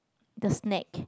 the snack